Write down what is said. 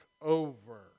over